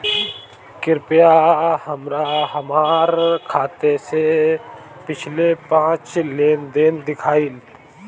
कृपया हमरा हमार खाते से पिछले पांच लेन देन दिखाइ